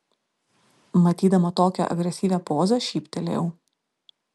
matydama tokią agresyvią pozą šyptelėjau